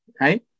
right